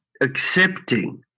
accepting